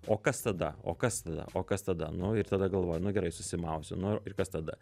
o kas tada o kas tada o kas tada nu ir tada galvoju nu gerai susimausiu nu ir kas tada